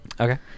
Okay